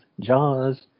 Jaws